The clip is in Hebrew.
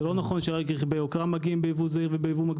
זה לא נכון שרק רכבי יוקרה מגיעים ביבוא מקביל.